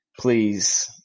please